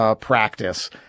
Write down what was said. practice